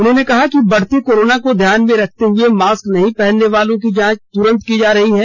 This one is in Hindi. उन्होंने कहा कि बढ़ते कोरोना को ध्यान में रखते हए मास्क नहीं पहनने वालों की जांच तुरंत की जा रही है